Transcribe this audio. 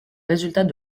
résultats